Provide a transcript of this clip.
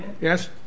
Yes